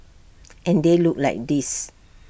and they look like this